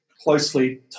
closely